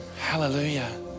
hallelujah